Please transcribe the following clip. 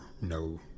no